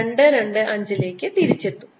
225 ലേക്ക് തിരിച്ചെത്തും